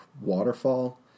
waterfall